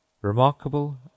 Remarkable